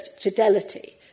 fidelity